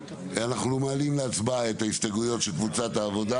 אנחנו מעלים להצבעה את ההסתייגויות של קבוצת העבודה